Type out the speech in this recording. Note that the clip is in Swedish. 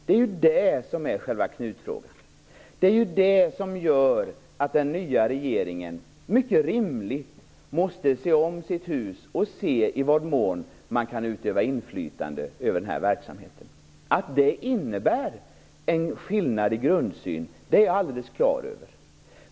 Det är det som är själva knutfrågan. Och det är det som gör att den nya regeringen rimligen måste se om sitt hus och se i vad mån man kan utöva inflytande över den här verksamheten. Att det innebär en skillnad i grundsyn är jag alldeles klar över.